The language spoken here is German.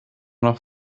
noch